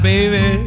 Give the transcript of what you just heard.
Baby